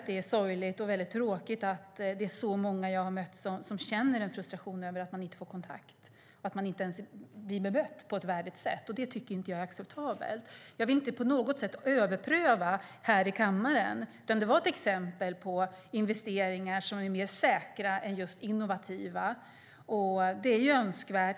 Det är tråkigt och sorgligt att så många jag mött känner en frustration över att de inte får kontakt eller inte blir bemötta på ett värdigt sätt. Det är inte acceptabelt. Jag ville inte på något sätt överpröva här i kammaren, utan det var ett exempel på investeringar som är mer säkra än just innovativa.